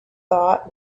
thought